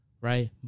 right